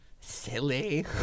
Silly